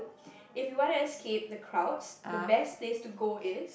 if you wanna escape the crowds the best place to go is